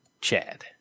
Chad